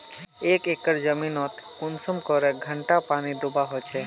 एक एकर जमीन नोत कुंसम करे घंटा पानी दुबा होचए?